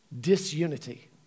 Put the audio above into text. Disunity